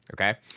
Okay